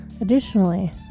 Additionally